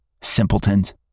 Simpletons